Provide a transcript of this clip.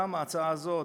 גם ההצעה הזאת,